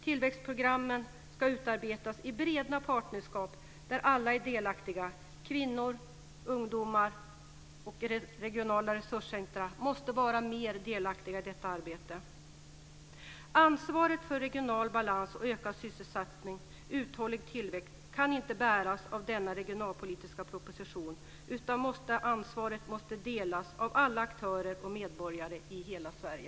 Tillväxtprogrammen ska utarbetas i breda partnerskap där alla är delaktiga - kvinnor och ungdomar. Regionala resurscentrum måste vara mer delaktiga i detta arbete. Ansvaret för regional balans och ökad sysselsättning och uthållig tillväxt kan inte bäras av denna regionalpolitiska proposition. Ansvaret måste delas av alla aktörer och medborgare i hela Sverige.